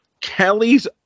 Kelly's